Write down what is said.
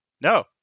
no